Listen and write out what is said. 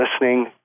listening